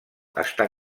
està